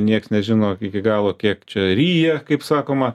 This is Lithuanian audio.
nieks nežino iki galo kiek čia ryja kaip sakoma